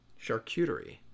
Charcuterie